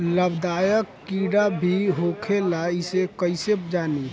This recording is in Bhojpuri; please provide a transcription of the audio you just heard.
लाभदायक कीड़ा भी होखेला इसे कईसे जानी?